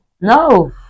No